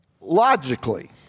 logically